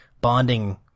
bonding